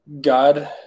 God